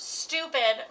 stupid